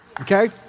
Okay